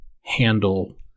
handle